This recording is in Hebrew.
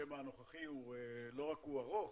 השם הנוכחי לא רק ארוך,